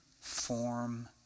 form